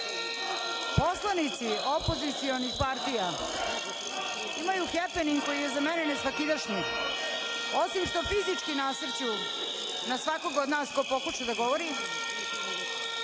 nikada. Poslanici opozicionih partija imaju hepening koji je za mene nesvakidašnji, osim što fizički nasrću na svakog od nas ko pokuša da govori,